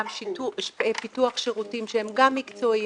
גם פיתוח שירותים שהם מקצועיים,